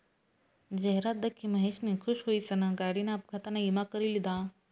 जाहिरात दखी महेशनी खुश हुईसन गाडीना अपघातना ईमा करी लिधा